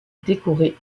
décoré